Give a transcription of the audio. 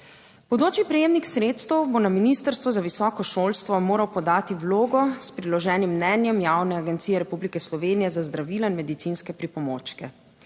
Bodoči prejemnik sredstev bo na Ministrstvo za visoko šolstvo moral podati vlogo s priloženim mnenjem Javne agencije Republike Slovenije za zdravila in medicinske pripomočke.